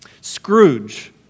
Scrooge